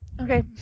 Okay